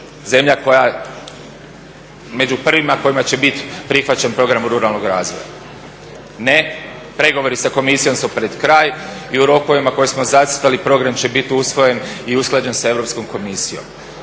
zemlja među prvima kojima će biti prihvaćen program ruralnog razvoja. Ne, pregovori sa komisijom su pred krajem, i u rokovima koje smo zacrtali program će biti usvojen i usklađen sa Europskom komisijom.